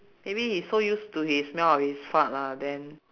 maybe he so used to his smell of his fart lah then